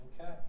okay